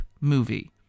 movie